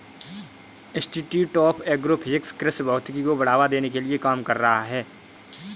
institute of agro physics कृषि भौतिकी को बढ़ावा देने के लिए काम कर रहा है